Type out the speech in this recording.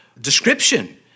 description